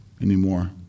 anymore